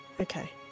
okay